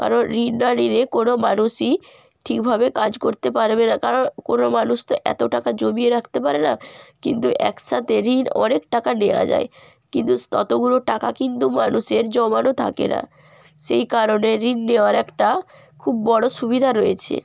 কারণ ঋণ না নিলে কোনো মানুষই ঠিকভাবে কাজ করতে পারবে না কারণ কোনো মানুষ তো এত টাকা জমিয়ে রাখতে পারে না কিন্তু একসাথে ঋণ অনেক টাকা নেওয়া যায় কিন্তু ততগুলো টাকা কিন্তু মানুষের জমানো থাকে না সেই কারণে ঋণ নেওয়ার একটা খুব বড় সুবিধা রয়েছে